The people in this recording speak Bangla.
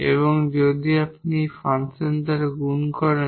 এবং যদি আপনি এই ফাংশন দ্বারা গুণ করেন